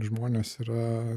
žmonės yra